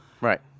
Right